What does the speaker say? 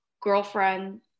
girlfriend